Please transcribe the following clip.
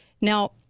Now